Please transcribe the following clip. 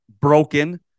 broken